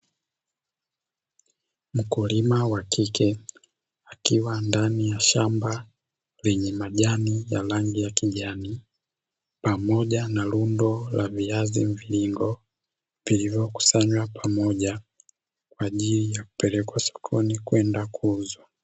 Mkulima wa kike akiwa ndani ya shamba lenye majani ya rangi ya kijani, pamoja na lundo la viazi mviringo. Vilivyokusanywa pamoja kwa ajili ya kupelekwa sokoni kwenda kuuzwa.